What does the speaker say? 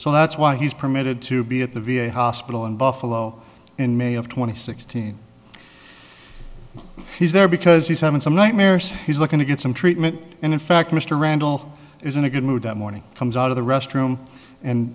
so that's why he's permitted to be at the v a hospital in buffalo in may of two thousand and sixteen he's there because he's having some nightmares he's looking to get some treatment and in fact mr randall is in a good mood that morning comes out of the restroom